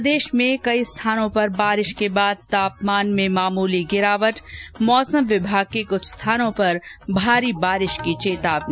प्रदेश में कई स्थानों पर बारिश के बाद तापमान में मामूली गिरावट मौसम विभाग की कुछ स्थानों पर भारी बारिश की चेतावनी